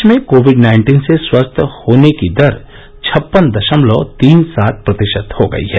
देश में COVID nineteen से स्वस्थ होने की दर छप्पन दशमलव तीन सात प्रतिशत हो गई है